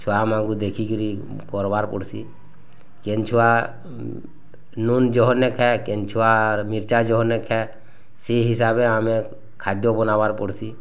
ଛୁଆମାନଙ୍କୁ ଦେଖିକରି କର୍ବାକେ ପଡ଼୍ସି କେନ୍ ଛୁଆ ନୁନ୍ ଯୋହର୍ ନ ଖାଏ କେନ୍ ଛୁଆ ମିର୍ଚା ଯୋହର୍ ନ ଖାଏ ସେ ହିସାବରେ ଆମେ ଖାଦ୍ୟ ବନାବାର୍ ପଡ଼ୁଛିଁ